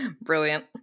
Brilliant